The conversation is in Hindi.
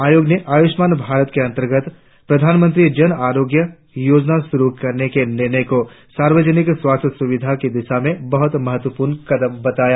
आयोग ने आयुष्मान भारत के अंतर्गत प्रधानमंत्री जन आरोग्य योजना शुरु करने के निर्णय को सार्वजनिक स्वास्थ्य सुविधाओं की दिशा में बहुत महत्वपूर्ण कदम बताया